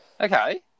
Okay